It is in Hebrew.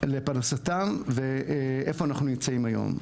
לפרנסתם, ואיפה אנחנו נמצאים היום.